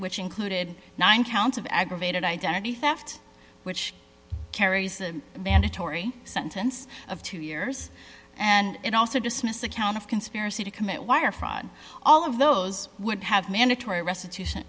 which included nine counts of aggravated identity theft which carries a mandatory sentence of two years and also dismissed the count of conspiracy to commit wire fraud all of those would have mandatory restitution